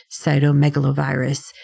cytomegalovirus